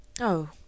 Oh